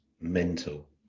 mental